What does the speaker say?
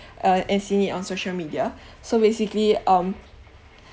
uh and seen it on social media so basically um